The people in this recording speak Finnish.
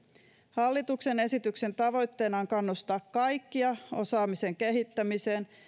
hallituksen esityksen tavoitteena on kannustaa kaikkia osaamisen kehittämiseen